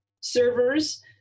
servers